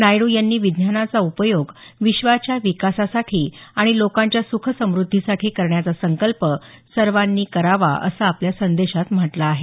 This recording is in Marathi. नायडू यांनी विज्ञानाचा उपयोग विश्वाच्या विकासासाठी आणि लोकांच्या सुख समुद्धीसाठी करण्याचा संकल्प सर्वांनी करावा असं आपल्या संदेशात म्हटलं आहे